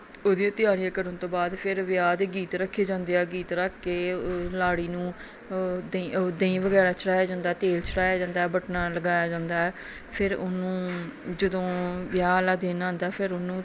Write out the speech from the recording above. ਉਹਦੀਆਂ ਤਿਆਰੀਆਂ ਕਰਨ ਤੋਂ ਬਾਅਦ ਫਿਰ ਵਿਆਹ ਦੇ ਗੀਤ ਰੱਖੇ ਜਾਂਦੇ ਆ ਗੀਤ ਰੱਖ ਕੇ ਲਾੜੀ ਨੂੰ ਦਈ ਦਹੀਂ ਵਗੈਰਾ ਚੜ੍ਹਾਇਆ ਜਾਂਦਾ ਤੇਲ ਚੜਾਇਆ ਜਾਂਦਾ ਬਟਨਾ ਲਗਾਇਆ ਜਾਂਦਾ ਫਿਰ ਉਹਨੂੰ ਜਦੋਂ ਵਿਆਹ ਵਾਲਾ ਦਿਨ ਆਉਂਦਾ ਫਿਰ ਉਹਨੂੰ